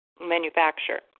manufacture